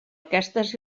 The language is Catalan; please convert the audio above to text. aquestes